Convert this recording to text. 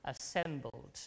assembled